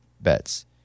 bets